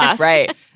Right